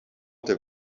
their